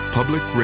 Public